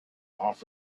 off